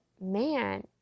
man